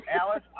Alice